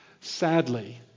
Sadly